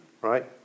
Right